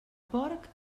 porc